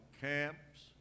camps